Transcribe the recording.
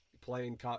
playing